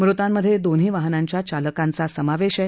मृतांमध्ये दोन्ही वाहनांच्या चालकांचा समावेश आहे